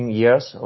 years